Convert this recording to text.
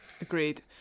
Agreed